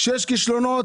כשיש כישלונות,